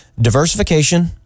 diversification